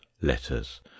letters